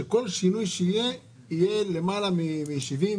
שכל שינוי שיהיה יהיה למעלה מ-70,